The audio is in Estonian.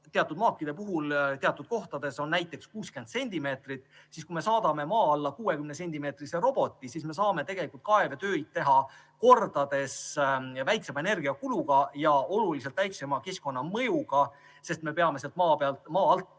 teatud maakide puhul teatud kohtades näiteks 60 sentimeetrit, siis kui me saadame maa alla 60‑sentimeetrise roboti, saame kaevetöid teha kordades väiksema energiakuluga ja oluliselt väiksema keskkonnamõjuga, sest me peame maa alt palju